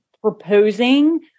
proposing